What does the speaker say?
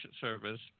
service